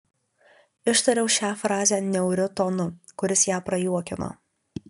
ištariau šią frazę niauriu tonu kuris ją prajuokino